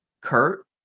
Kurt